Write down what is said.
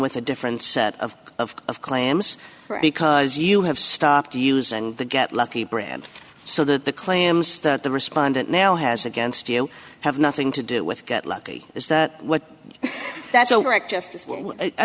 with a different set of of of clams because you have stopped use and the get lucky brand so that the claims that the respondent now has against you have nothing to do with get lucky this is what that